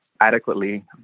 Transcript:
adequately